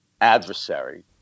adversary